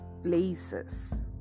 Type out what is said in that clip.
Places